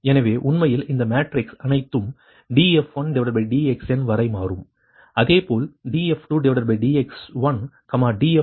எனவே உண்மையில் இந்த மேட்ரிக்ஸ் அனைத்தும் df1dxnவரை மாறும் அதே போல் df2dx1 df2dx2 df2dxn இங்கே இது dfndx1 dfndx2 dfndxn ∆x1 ∆x2வரை ∆xn வரை இருக்கும்